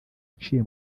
aciye